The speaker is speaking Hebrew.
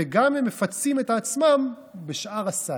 וגם הם מפצים את עצמם בשאר הסל,